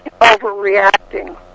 overreacting